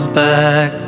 back